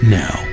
now